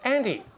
Andy